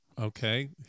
Okay